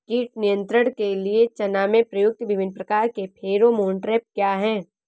कीट नियंत्रण के लिए चना में प्रयुक्त विभिन्न प्रकार के फेरोमोन ट्रैप क्या है?